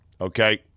okay